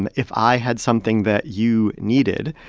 and if i had something that you needed,